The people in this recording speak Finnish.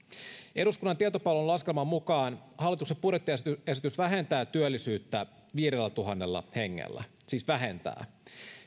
eduskunnan tietopalvelun laskelman mukaan hallituksen budjettiesitys vähentää työllisyyttä viidellätuhannella hengellä siis vähentää